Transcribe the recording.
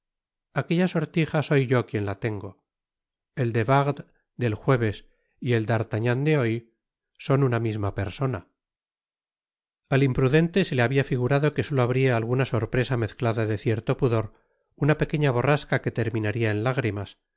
aquella sortija soy yo quien la tengo el de wardes del jueves y el d'artagnan de hoy son una misma persona al imprudente se le habia figurado que solo habría alguna sorpresa mezclada de cierto pudor una pequeña borrasca que terminaría en lágrimas